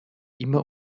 immer